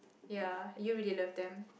ya you really love them